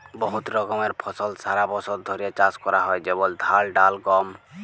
বহুত রকমের ফসল সারা বছর ধ্যরে চাষ ক্যরা হয় যেমল ধাল, ডাল, গম